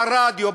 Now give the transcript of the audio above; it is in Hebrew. ברדיו,